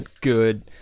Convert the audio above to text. good